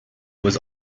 was